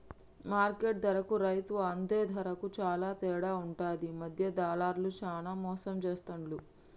market ధరకు రైతు అందే ధరకు చాల తేడా ఉంటది మధ్య దళార్లు చానా మోసం చేస్తాండ్లు